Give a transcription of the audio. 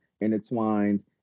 intertwined